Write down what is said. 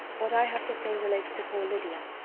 what i have to say relates to poor lydia.